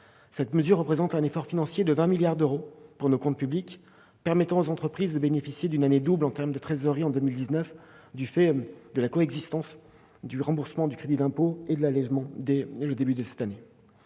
Cette mesure représente un effort financier de 20 milliards d'euros pour nos comptes publics. Elle permet aux entreprises de bénéficier d'une année double en termes de trésorerie en 2019, du fait de la coexistence du remboursement du crédit d'impôt et du bénéfice de l'allégement dès le début de l'année.